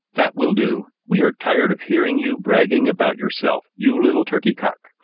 that will do. we are tired of hearing you bragging about yourself, you little turkey cock!